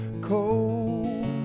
cold